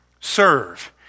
Serve